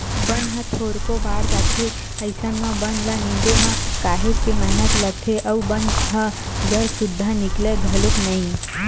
बन ह थोरको बाड़ जाथे अइसन म बन ल निंदे म काहेच के मेहनत लागथे अउ बन ह जर सुद्दा निकलय घलोक नइ